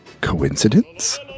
Coincidence